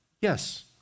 Yes